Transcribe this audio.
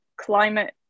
climate